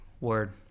Word